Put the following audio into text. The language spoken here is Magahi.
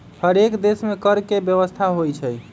हरेक देश में कर के व्यवस्था होइ छइ